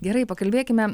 gerai pakalbėkime